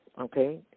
okay